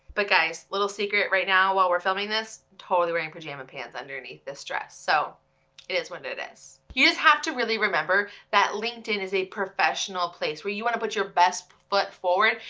but guys, little secret right now while we're filming this totally wearing pajama pants underneath this dress. so it is what it is. you just have to really remember that linkedin is a professional place, where you wanna put your best foot forward,